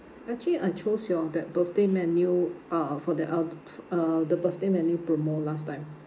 actually I chose your that birthday menu uh for the out f~ uh the birthday menu promo last time